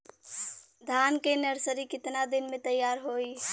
धान के नर्सरी कितना दिन में तैयार होई?